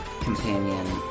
companion